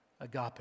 Agape